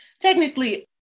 technically